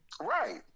Right